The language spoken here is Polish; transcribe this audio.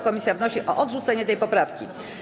Komisje wnoszą o odrzucenie tej poprawki.